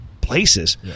places